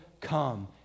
come